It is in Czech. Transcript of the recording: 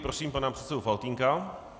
Prosím pana předsedu Faltýnka.